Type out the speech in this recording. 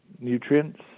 nutrients